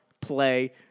Play